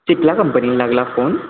सिप्ला कंपनीन लागला फोन